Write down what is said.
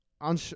On